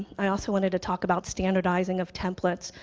i also wanted to talk about standardizing of templates.